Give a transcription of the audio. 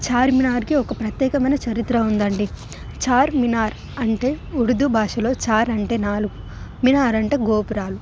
చార్మినార్కి ఒక ప్రత్యేకమైన చరిత్ర ఉందండి చార్మినార్ అంటే ఉర్దూ భాషలో చార్ అంటే నాలుగు మినార్ అంట గోపురాలు